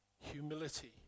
humility